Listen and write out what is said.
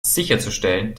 sicherzustellen